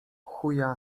chuja